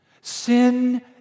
Sin